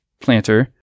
planter